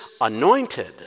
anointed